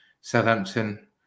Southampton